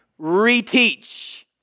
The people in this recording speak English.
reteach